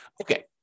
Okay